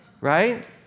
Right